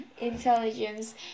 Intelligence